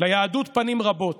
ליהדות פנים רבות.